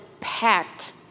packed